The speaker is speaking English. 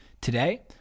Today